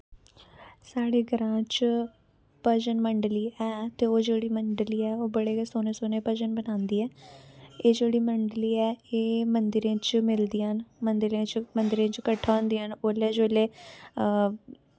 साढ़े ग्रांऽ च भजन मंडली ऐ ते ओह् जेह्ड़ी मंडली ऐ ओह् बड़े गै सोह्नें सोह्नें भजन बनांदी ऐ एह् जेह्ड़ी मंडली ऐ एह् मन्दरें च मिलदियां न मन्दरैं च कट्ठियां होंदियां उसलै जिसलै